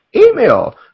email